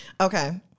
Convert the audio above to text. Okay